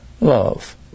love